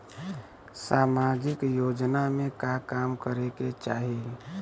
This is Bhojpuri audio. सामाजिक योजना में का काम करे के चाही?